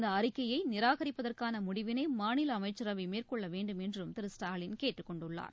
இந்தஅறிக்கையைநிராகரிப்பதற்கானமுடிவினைமாநிலஅமைச்சரவைமேற்கொள்ளவேண்டும் என்றம் திரு ஸ்டாலின் கேட்டுக் கொண்டுள்ளார்